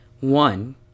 One